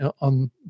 on